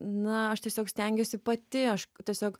na aš tiesiog stengiuosi pati aš tiesiog